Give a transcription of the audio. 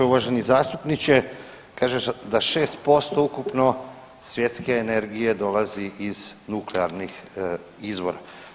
Uvaženi zastupniče, kaže da 6% ukupno svjetske energije dolazi iz nuklearnih izvora.